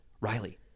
Riley